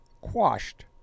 quashed